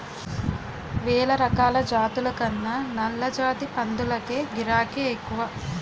వేలరకాల జాతుల కన్నా నల్లజాతి పందులకే గిరాకే ఎక్కువ